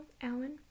Alan